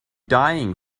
dying